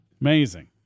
Amazing